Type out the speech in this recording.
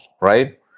right